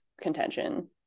contention